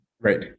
right